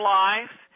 life